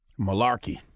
malarkey